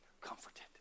comforted